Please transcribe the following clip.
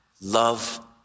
love